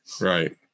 Right